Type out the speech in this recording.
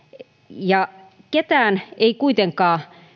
ja ketään ei kuitenkaan